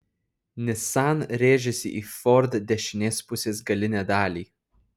nissan rėžėsi į ford dešinės pusės galinę dalį